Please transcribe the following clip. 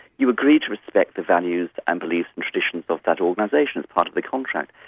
you agree to respect the values and beliefs and traditions of that organisation as part of the contract.